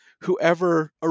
whoever